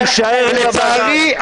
לצערי,